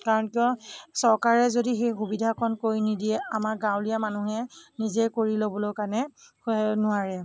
কাৰণ কিয় চৰকাৰে যদি সেই সুবিধাকণ কৰি নিদিয়ে আমাৰ গাঁৱলীয়া মানুহে নিজে কৰি ল'বলৈ কাৰণে নোৱাৰে